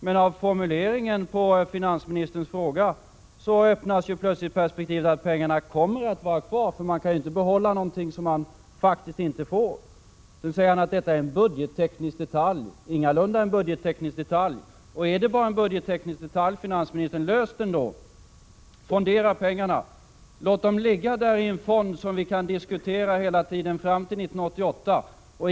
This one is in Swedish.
Men genom formuleringen av finansministerns fråga öppnas ju plötsligt perspektivet att pengarna kan komma att finnas kvar, för man kan ju inte behålla någonting som man faktiskt inte får. Sedan sade finansministern att detta är en budgetteknisk detalj. Det är ingalunda en budgetteknisk detalj, men är det en budgetteknisk detalj, herr finansminister, så klara av den då! Fondera pengarna och låt dem ligga i en fond som vi kan diskutera hela tiden fram till 1988!